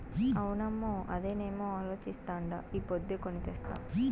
అవునమ్మో, అదేనేమో అలోచిస్తాండా ఈ పొద్దే కొని తెస్తా